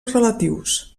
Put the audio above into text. relatius